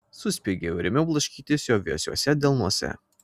suspiegiau ir ėmiau blaškytis jo vėsiuose delnuose